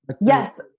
Yes